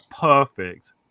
perfect